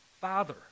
Father